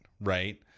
right